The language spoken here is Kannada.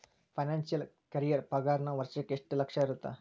ಫೈನಾನ್ಸಿಯಲ್ ಕರಿಯೇರ್ ಪಾಗಾರನ ವರ್ಷಕ್ಕ ಎಂಟ್ ಲಕ್ಷ ಇರತ್ತ